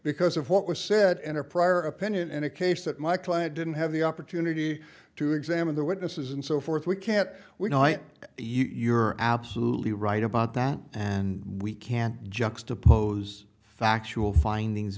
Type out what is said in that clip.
because of what was said and a prior opinion in a case that my client didn't have the opportunity to examine the witnesses and so forth we can't we know you're absolutely right about that and we can't juxtapose factual findings